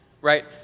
Right